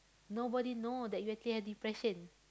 nobody know that you actually have depression